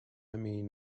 mean